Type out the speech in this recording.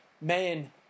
Man